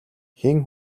хэн